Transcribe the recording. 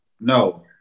No